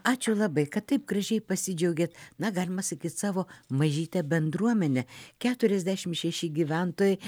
ačiū labai kad taip gražiai pasidžiaugėt na galima sakyti savo mažyte bendruomene keturiasdešimt šeši gyventojai